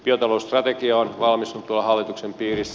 biotalousstrategia on valmistunut tuolla hallituksen piirissä